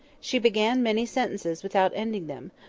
she began many sentences without ending them,